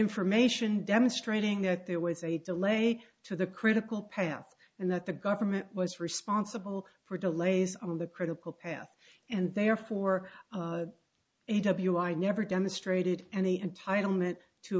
information demonstrating that there was a delay to the critical path and that the government was responsible for delays on the critical path and therefore a w i never demonstrated any entitlement to